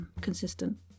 consistent